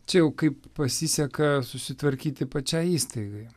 čia jau kaip pasiseka susitvarkyti pačiai įstaigai